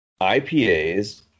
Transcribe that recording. IPAs